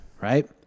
Right